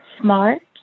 smart